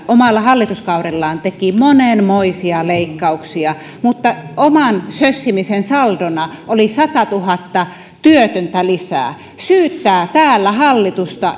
omalla hallituskaudellaan teki monenmoisia leikkauksia mutta jonka oman sössimisen saldona oli satatuhatta työtöntä lisää syyttää täällä hallitusta